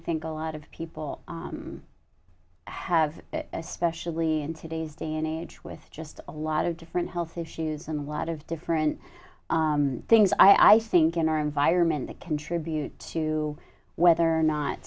think a lot of people have especially in today's day and age with just a lot of different health issues and lot of different things i think in our environment that contribute to whether or not